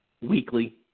weekly